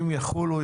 אם יחולו,